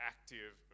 active